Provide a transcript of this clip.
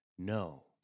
No